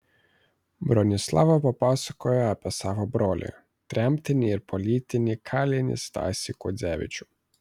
bronislava papasakojo apie savo brolį tremtinį ir politinį kalinį stasį kuodzevičių